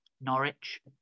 Norwich